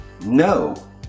no